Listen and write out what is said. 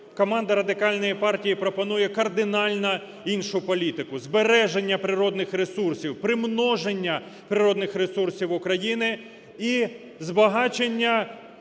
Команда Радикальної партії пропонує кардинально іншу політику. Збереження природних ресурсів, примноження природних ресурсів України і збагачення